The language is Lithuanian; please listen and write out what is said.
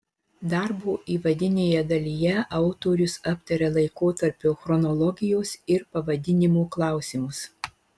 darbo įvadinėje dalyje autorius aptaria laikotarpio chronologijos ir pavadinimo klausimus